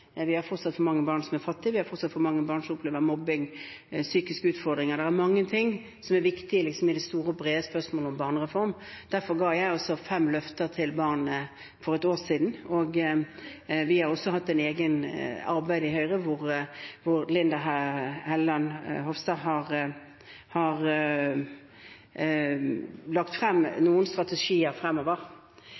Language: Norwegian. Vi har fortsatt for mange barn som er fattige. Vi har fortsatt for mange barn som opplever mobbing, og barn som har psykiske utfordringer. Det er mange ting som er viktige i det store og brede spørsmålet om en barnereform. Derfor ga jeg fem løfter til barna for et år siden, og vi har hatt et eget arbeid i Høyre, der statsråd Hofstad Helleland har lagt frem noen strategier fremover.